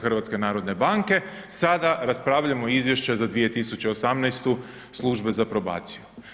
HNB-a, sada raspravljamo izvješće za 2018. službe za probaciju.